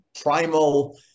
primal